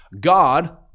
God